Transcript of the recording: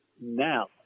now